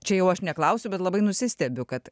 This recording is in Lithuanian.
čia jau aš neklausiu bet labai nusistebiu kad